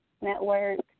Network